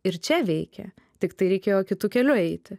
ir čia veikia tiktai reikėjo kitu keliu eiti